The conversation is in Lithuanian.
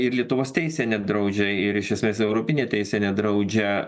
ir lietuvos teisė nedraudžia ir iš esmės europinė teisė nedraudžia